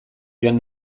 joan